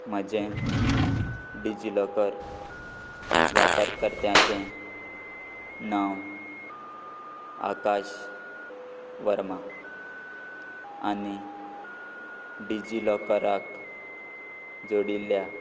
म्हजें DigiLocker वापरकर्त्याचें नांव आकाश वर्मा आनी डिजी लॉकराक जोडिल्ल्या